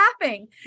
laughing